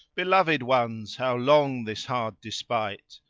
beloved ones! how long this hard despite?